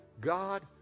god